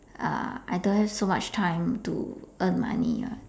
uh I don't have so much time to earn money [what]